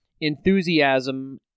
enthusiasm